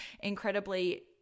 incredibly